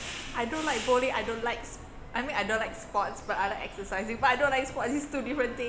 I don't like bowling I don't like s~ I mean I don't like sports but I like exercising but I don't like sports it's two different thing